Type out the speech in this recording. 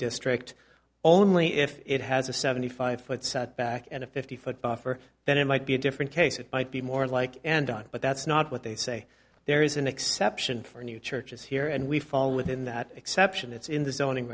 district only if it has a seventy five foot setback and a fifty foot buffer then it might be a different case it might be more like and on but that's not what they say there is an exception for new churches here and we fall within that exception it's in